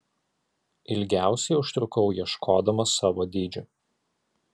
ilgiausiai užtrukau ieškodama savo dydžių